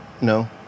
no